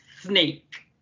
snake